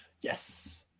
yes